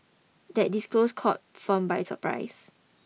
that disclosure caught firms by surprise